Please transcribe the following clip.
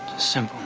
some